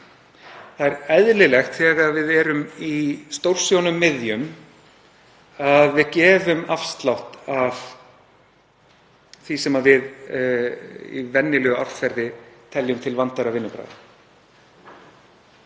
Það er eðlilegt þegar við erum í stórsjónum miðjum að við gefum afslátt af því sem við teljum í venjulegu árferði til vandaðra vinnubragða.